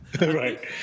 Right